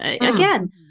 Again